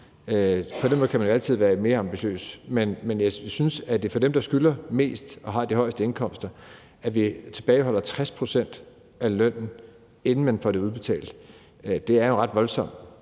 På den måde kan man jo altid være mere ambitiøs. Men at vi for dem, der skylder mest og har de højeste indkomster, tilbageholder 60 pct. af lønnen, inden de får det udbetalt, synes jeg jo er ret voldsomt.